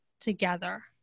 together